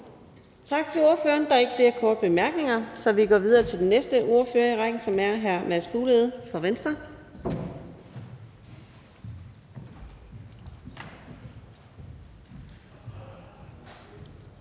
Tak til ordføreren. Der er ikke flere korte bemærkninger, så vi går videre til den næste ordfører i rækken, som er hr. Mads Fuglede fra Venstre.